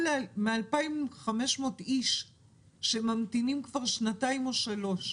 יותר מ-2,500 אנשים ממתינים כבר שנתיים או שלוש,